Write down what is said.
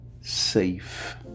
safe